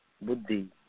buddhi